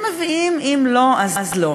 והיום דווח לכל חברות וחברי הכנסת שהיום יאושר,